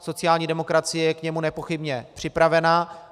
Sociální demokracie je k němu nepochybně připravena.